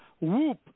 whoop